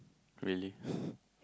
really